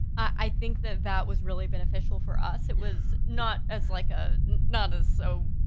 i think that that was really beneficial for us, it was not as like a, not as so,